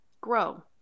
grow